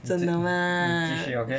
真的吗